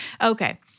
okay